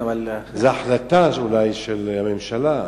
זו החלטה, אולי, של הממשלה.